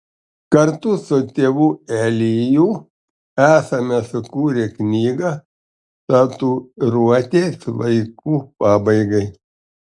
kartu su tėvu eliju esame sukūrę knygą tatuiruotės laikų pabaigai